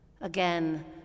Again